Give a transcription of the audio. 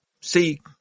see